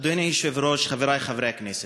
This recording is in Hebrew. אדוני היושב-ראש, חברי חברי הכנסת,